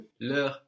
leur